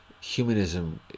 humanism